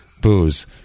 booze